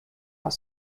are